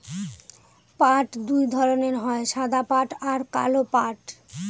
পাট দুই ধরনের হয় সাদা পাট আর কালো পাট